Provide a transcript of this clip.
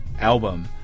album